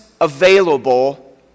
available